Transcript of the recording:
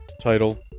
title